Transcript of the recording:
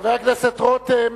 חבר הכנסת רותם.